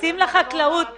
לדוגמה סופרמרקט או בית מרקחת.